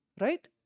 right